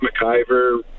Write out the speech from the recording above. McIver